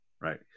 right